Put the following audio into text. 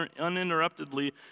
uninterruptedly